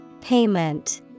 Payment